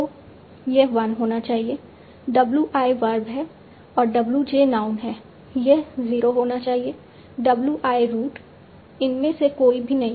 तो यह 1 होना चाहिए W i वर्ब है और w j नाउन है यह 0 होना चाहिए W i रूट इनमें से कोई भी नहीं